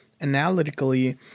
analytically